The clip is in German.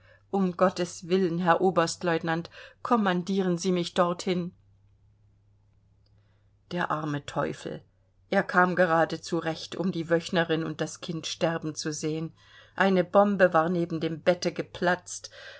um gotteswillen herr oberstlieutenant kommandieren sie mich dorthin der arme teufel er kam gerade zurecht um die wöchnerin und das kind sterben zu sehen eine bombe war neben dem bette geplatzt